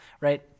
right